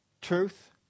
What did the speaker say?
truth